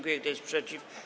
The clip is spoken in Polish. Kto jest przeciw?